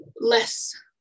less